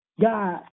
God